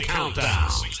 Countdown